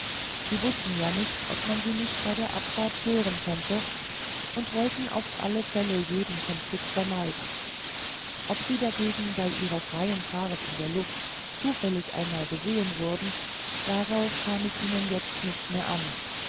sie wußten ja nicht ob man sie nicht bei der abfahrt stören könnte und wollten auf alle fälle jeden konflikt vermeiden ob sie dagegen bei ihrer freien fahrt in der luft zufällig einmal gesehen wurden darauf kam es ihnen jetzt nicht mehr an